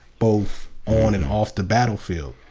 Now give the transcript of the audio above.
both on and off the battlefie ld.